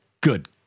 good